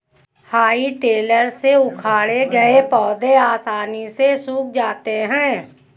हेइ टेडर से उखाड़े गए पौधे आसानी से सूख जाते हैं